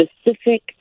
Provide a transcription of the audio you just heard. specific